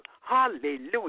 hallelujah